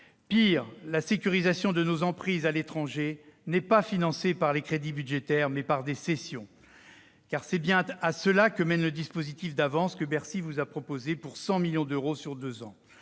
Pis, la sécurisation de nos emprises à l'étranger n'est pas financée par des crédits budgétaires, mais par des cessions ! Car c'est bien à cela que mène le dispositif d'avance que Bercy vous a proposé pour 100 millions d'euros sur deux ans